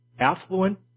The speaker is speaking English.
affluent